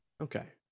okay